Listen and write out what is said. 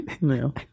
No